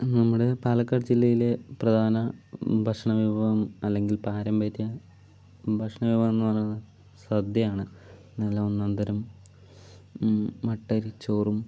നമ്മുടെ പാലക്കാട് ജില്ലയിലെ പ്രധാന ഭക്ഷണ വിഭവം അല്ലെങ്കിൽ പാരമ്പര്യം ഭക്ഷണ വിഭവം എന്ന് പറയുന്നത് സദ്യയാണ് നല്ല ഒന്നാന്തരം മട്ടരി ചോറും